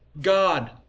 God